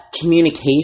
communication